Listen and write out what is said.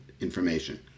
information